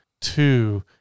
two